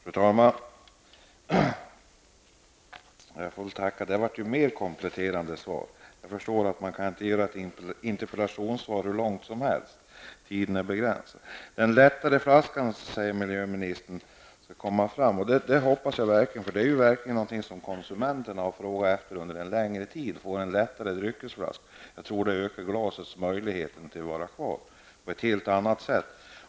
Fru talman! Jag får tacka för det mer kompletterande svaret. Jag förstår att man inte kan göra interpellationssvar hur långa som helst; tiden är begränsad. Den lättare flaskan skall vara kvar, säger miljöministern. Det hoppas jag verkligen, för en lättare dryckesflaska är någonting som konsumenterna har frågat efter under en längre tid. Jag tror att det ökar glasets möjlighet att vara kvar på ett helt annat sätt.